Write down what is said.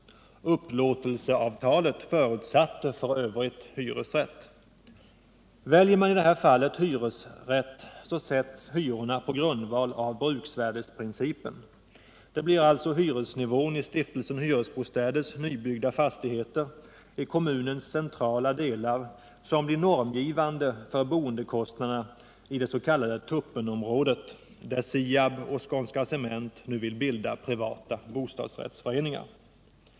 Upplåtelseavtalet förutsatte f. ö. hyresrätt. Väljer man i det här fallet hyresrätt, sätts hyrorna på grundval av bruksvärdesprincipen. Det blir alltså hyresnivån i Stiftelsen Hyresbostäders nybyggda fastigheter i kommunens centrala delar som blir normgivande för boendekostnaderna i det s.k. Tuppenområdet, där SIAB och Skånska Cement vill bilda privata bostadsrättsföreningar.